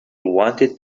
wanted